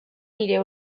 nire